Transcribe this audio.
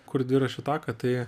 kur dviračių taką tai